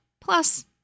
Plus